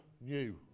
new